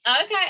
Okay